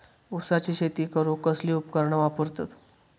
ऊसाची शेती करूक कसली उपकरणा वापरतत?